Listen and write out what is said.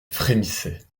frémissait